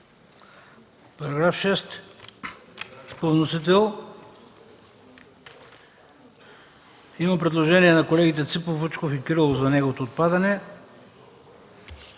параграф е 13 по вносител. Има предложение на колегите Ципов, Вучков и Кирилов за неговото отпадане.